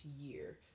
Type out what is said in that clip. year